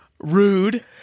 rude